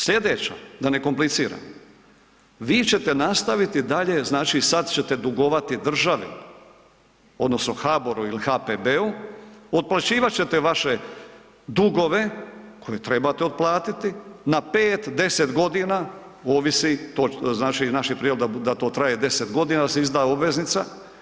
Sljedeća, da ne kompliciram, vi ćete nastaviti dalje znači sada ćete dugovati državu odnosno HBOR-u ili HPB-u, otplaćivat ćete vaše dugove koje trebate otplatiti na 5, 10 godina ovisi, naš je prijedlog da to traje 10 godina da se izda obveznica.